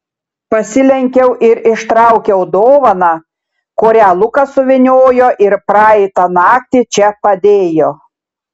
pasilenkiau ir ištraukiau dovaną kurią lukas suvyniojo ir praeitą naktį čia padėjo